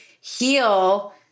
heal